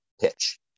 pitch